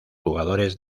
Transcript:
jugadores